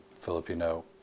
Filipino